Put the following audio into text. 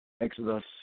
Exodus